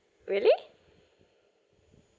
really